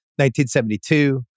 1972